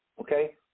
Okay